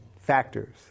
factors